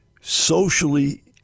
socially